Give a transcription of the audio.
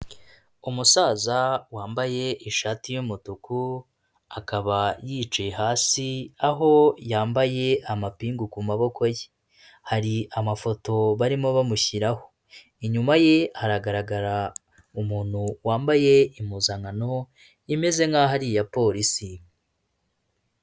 Umusaza wambaye ishati y'umutuku, akaba yicaye hasi aho yambaye amapingu ku maboko ye. Har’amafoto barimo bamushyiraho, inyuma ye haragaragara umuntu wambaye impuzankano imeze nkaho ari iya polisi.